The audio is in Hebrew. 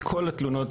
את כל התלונות,